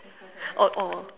oh oh